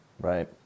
Right